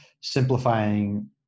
simplifying